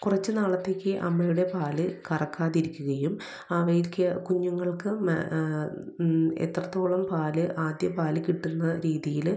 കുറച്ച് നാളത്തേക്ക് അമ്മയുടെ പാല് കറക്കാതിരിക്കുകയും അവയ്ക്ക് കുഞ്ഞുങ്ങൾക്ക് എത്രത്തോളം പാല് ആദ്യ പാല് കിട്ടുന്ന രീതീല്